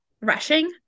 rushing